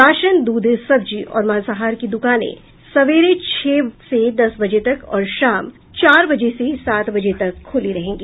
ration दूध सब्जी और मांसाहार की दुकानें सवेरे छह से दस बजे तक और शाम चार बजे से सात बजे तक खुली रहेंगी